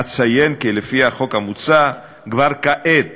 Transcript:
אציין כי לפי החוק המוצע, כבר כעת